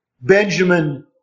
Benjamin